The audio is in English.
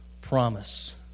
promise